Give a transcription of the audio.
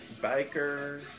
Bikers